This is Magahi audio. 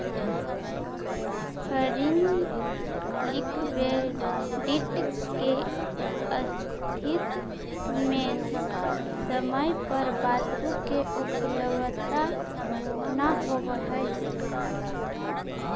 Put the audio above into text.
फंडिंग लिक्विडिटी के स्थिति में समय पर वस्तु के उपलब्धता न होवऽ हई